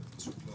זה פשוט לא